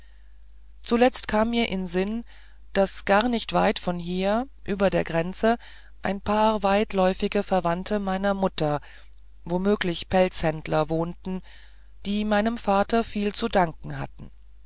zuletzt kam mir in sinn daß nicht gar weit von hier über der grenze ein paar weitläuftige verwandte meiner mutter vermögliche pelzhändler wohnten die meinem vater viel zu danken hatten